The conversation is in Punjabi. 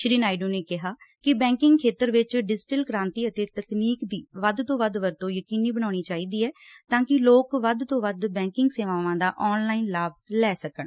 ਸ੍ਰੀ ਨਾਇਡੂ ਨੇ ਕਿਹਾ ਕਿ ਬੈਂਕਿੰਗ ਖੇਤਰ ਵਿਚ ਡਿਜੀਟਲ ਕ੍ਾਂਤੀ ਅਤੇ ਤਕਨੀਕ ਦੀ ਵੱਧ ਤੋਂ ਵੱਧ ਵਰਤੋਂ ਯਕੀਨੀ ਬਣਾਉਣੀ ਚਾਹੀਦੀ ਐ ਤਾਂ ਕਿ ਲੋਕ ਵੱਧ ਤੋਂ ਵੱਧ ਬੈਂਕਿੰਗ ਸੇਵਾਵਾਂ ਦਾ ਆਨ ਲਾਈਨ ਲਾਭ ਲੈ ਸਕਣ